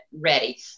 ready